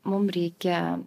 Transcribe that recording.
mum reikia